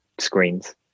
Screens